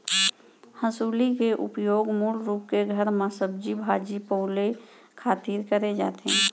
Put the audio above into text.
हँसुली के उपयोग मूल रूप के घर म सब्जी भाजी पउले खातिर करे जाथे